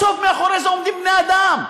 בסוף מאחורי זה עומדים בני-אדם.